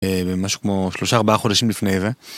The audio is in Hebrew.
משהו כמו שלושה-ארבעה חודשים לפני, ו...